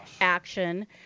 action